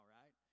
right